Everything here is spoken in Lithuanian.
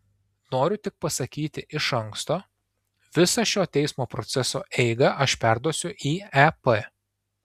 noriu tik pasakyti iš anksto visą šio teismo proceso eigą aš perduosiu į ep